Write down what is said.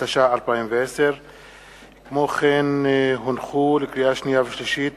התש"ע 2010. לקריאה שנייה ולקריאה שלישית: